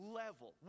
level